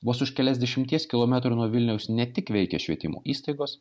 vos už keliasdešimties kilometrų nuo vilniaus ne tik veikia švietimo įstaigos